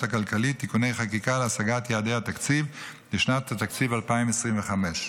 הכלכלית (תיקוני חקיקה להשגת יעדי התקציב לשנת התקציב 2025)